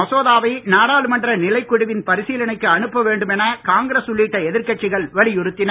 மசோதாவை நாடாளுமன்ற நிலைக்குழுவின் பரிசீலனைக்கு அனுப்ப வேண்டும் என காங்கிரஸ் உள்ளிட்ட எதிர்கட்சிகள் வலியுறுத்தின